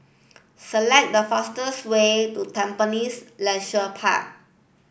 select the fastest way to Tampines Leisure Park